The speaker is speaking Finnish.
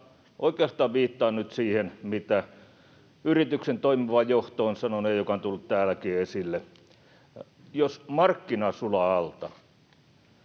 oikeastaan viittaan nyt siihen, mitä yrityksen toimiva johto on sanonut ja mikä on tullut täälläkin esille. Jos markkina sulaa alta